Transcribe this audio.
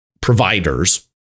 providers